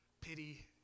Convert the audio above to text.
pity